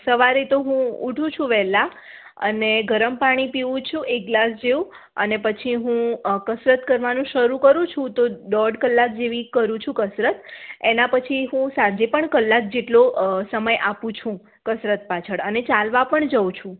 સવારે તો હું ઉઠું છું વહેલા અને ગરમ પાણી પીવું છું એક ગ્લાસ જેવું અને પછી હું કસરત કરવાનું શરૂ કરું છું તો દોઢ કલાક જેવું કરું છું કસરત એના પછી હું સાંજે પણ કલાક જેટલો સમય આપું છું કસરત પાછળ અને ચાલવા પણ જઉં છું